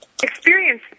experience